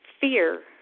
fear